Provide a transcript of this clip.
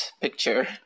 picture